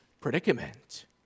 predicament